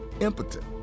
impotent